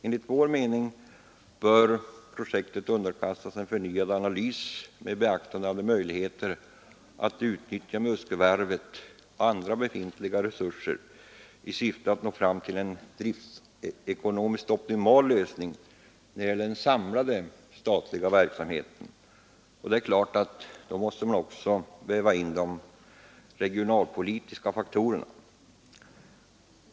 Enligt vår mening bör projektet underkastas en förnyad analys med beaktande av möjligheterna att utnyttja Muskövarvet och andra befintliga resurser i syfte att nå fram till en driftsek onomiskt optimal lösning för den samlade statliga verksamheten. Och då måste man givetvis också väva in de regionalpolitiska faktorerna.